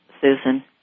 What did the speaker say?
Susan